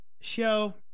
Show